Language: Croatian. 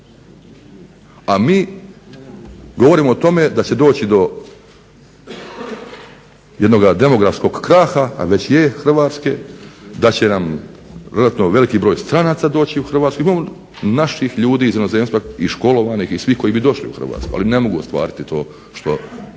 A mi govorimo o tome da će doći do jednog demografskog kraha a već je da će nam veliki broj stranaca doći u Hrvatskoj, imamo naših ljudi iz inozemstva i školovanih koji bi došli u Hrvatsku ali ne mogu ostvariti to što